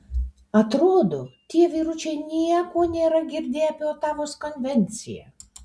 atrodo tie vyručiai nieko nėra girdėję apie otavos konvenciją